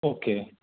okay